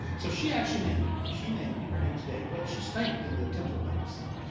so she actually named him. she named him. her name's dava. and she's thanked in the templar legacy.